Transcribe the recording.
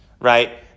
right